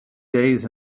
days